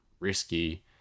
risky